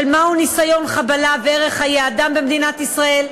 מהו ניסיון חבלה וערך חיי אדם במדינת ישראל.